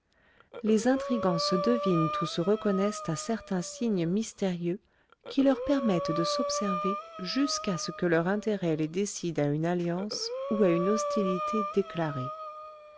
les intrigants se devinent ou se reconnaissent à certains signes mystérieux qui leur permettent de s'observer jusqu'à ce que leur intérêt les décide à une alliance ou à une hostilité déclarée